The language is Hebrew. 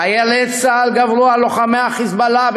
חיילי צה"ל גברו על לוחמי ה"חיזבאללה".